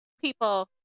people